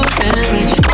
damage